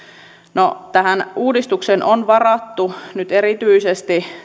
no tämän uudistuksen toteuttamiseen on varattu nyt erityisesti